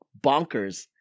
bonkers